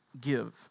give